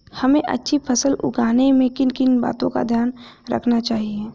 हमें अच्छी फसल उगाने में किन किन बातों का ध्यान रखना चाहिए?